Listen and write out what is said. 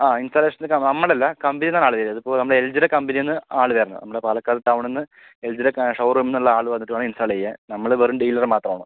ആ ഇൻസ്റ്റാളേഷന് നമ്മളല്ല കമ്പനീന്നാണ് ആള് വരുന്നത് അതിപ്പോൾ എൽ ജീടെ കമ്പനിയിൽ നിന്ന് ആള് വരണം നമ്മുടെ പാലക്കാട് ടൗണീന്ന് എൽ ജീടെ ഷോറൂമീന്നുള്ള ആള് വന്നിട്ട് വേണം ഇൻസ്റ്റാള് ചെയ്യാൻ നമ്മള് വെറും ഡീലറ് മാത്രമാണ്